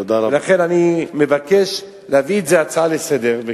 לכן אני מבקש להביא את זה כהצעה לסדר-היום,